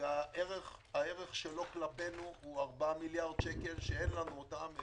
והערך שלו כלפינו הוא 4 מיליארד שקל שאין לנו אותם.